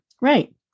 Right